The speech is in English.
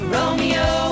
Romeo